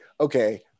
okay